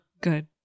good